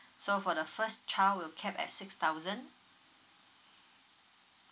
so for the first child will capped at six thousand